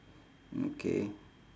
okay